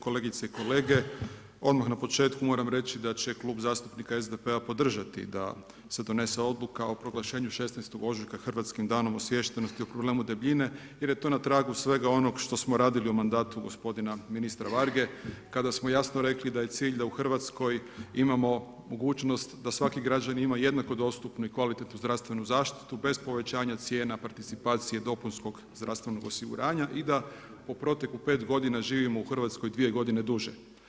Kolegice i kolege, odmah na početku moram reći da će Klub zastupnika SDP-a podržati da se donese odluka o proglašenju 16. ožujka hrvatskim Danom osviještenosti o problemu debljine jer je to na tragu svega onog što smo radili u mandatu gospodina ministra Varge kada smo jasno rekli da je cilj da u Hrvatskoj imamo mogućnost da svaki građanin ima jednako dostupnu i kvalitetnu zdravstvenu zaštitu bez povećanja cijena participacije dopunskog zdravstvenog osiguranja i da po proteku 5 godina, živimo u Hrvatskoj 2 godine duže.